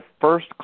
first